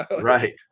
Right